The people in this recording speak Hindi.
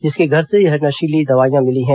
जिसके घर से यह नशीली दवाइयां मिली हैं